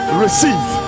receive